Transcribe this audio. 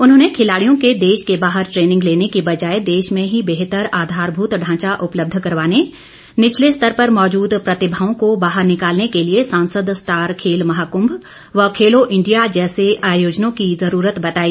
उन्होंने खिलाड़ियों के देश के बाहर ट्रेनिंग लेने के बजाए देश में ही बेहतर आधारभूत ढांचा उपलब्ध करवाने निचले स्तर पर मौजूद प्रतिभाओं को बाहर निकालने के लिए सांसद स्टार खेल महाकृंभ व खेला इंडिया से जैसे आयोजनों की जरूरत बताई